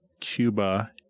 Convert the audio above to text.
Cuba